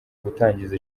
gutangiza